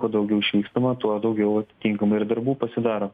kuo daugiau išvykstama tuo daugiau tinkamų ir darbų pasidaro